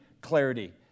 clarity